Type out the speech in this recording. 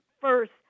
first